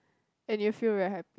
and you'll feel very happy